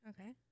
Okay